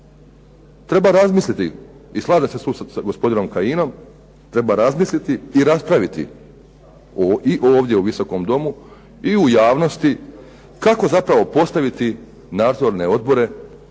Treba razmisliti i slažem se tu sa gospodinom Kajinom, treba razmisliti i raspraviti ovdje u Visokom domu i u javnosti kako zapravo postaviti nadzorne odbore,